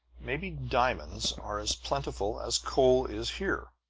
maybe diamonds are as plentiful as coal is here.